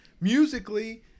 musically